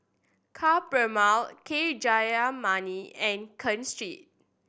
Ka Perumal K Jayamani and Ken Seet